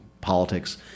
politics